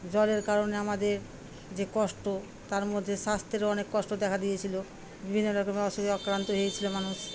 জলের কারণে আমাদের যে কষ্ট তার মধ্যে স্বাস্থ্যেরও অনেক কষ্ট দেখা দিয়েছিলো বিভিন্ন রকমের অসুখে আক্রান্ত হয়েছিল মানুষ